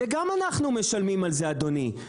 על זה אנחנו גם משלמים, אדוני,